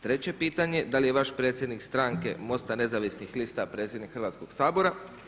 Treće pitanje da li je vaš predsjednik stranke MOST-a nezavisnih lista predsjednik Hrvatskog sabora?